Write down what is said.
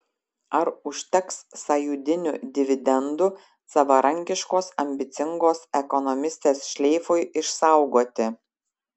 ar užteks sąjūdinių dividendų savarankiškos ambicingos ekonomistės šleifui išsaugoti